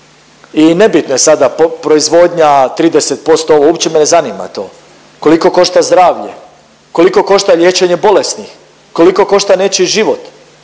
i nebitno je sada proizvodnja 30% ovo, uopće me ne zanima to, koliko košta zdravlje, koliko košta liječenje bolesnih, koliko košta nečiji život.